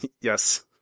yes